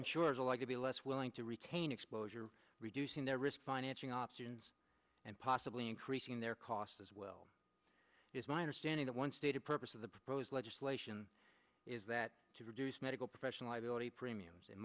likely be less willing to retain exposure reducing their risk financing options and possibly increasing their costs as well is my understanding that one stated purpose of the proposed legislation is that to reduce medical professional liability premiums in